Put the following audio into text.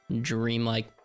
dream-like